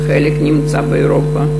חלק נמצא באירופה,